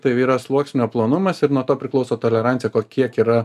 tai yra sluoksnio plonumas ir nuo to priklauso tolerancija ko kiek yra